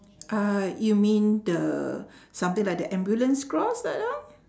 uhh you mean the something like the ambulance cross that